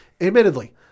Admittedly